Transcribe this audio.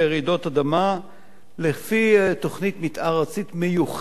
אדמה לפי תוכנית מיתאר ארצית מיוחדת